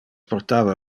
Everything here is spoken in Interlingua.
portava